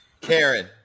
Karen